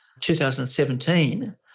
2017